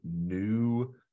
new